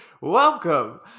Welcome